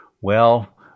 Well